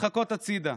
נדחקות הצידה.